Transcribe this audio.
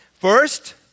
first